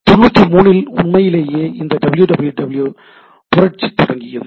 93 முதல் உண்மையிலேயே இந்த WWW புரட்சி தொடங்கியது